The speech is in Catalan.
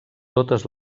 totes